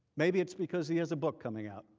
maybe it is because he has a book coming out.